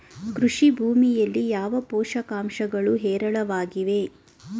ಕೃಷಿ ಭೂಮಿಯಲ್ಲಿ ಯಾವ ಪೋಷಕಾಂಶಗಳು ಹೇರಳವಾಗಿವೆ?